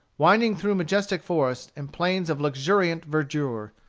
winding through majestic forests and plains of luxuriant verdure.